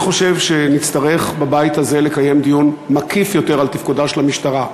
אני חושב שנצטרך לקיים דיון מקיף יותר בבית הזה על תפקודה של המשטרה.